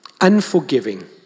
Unforgiving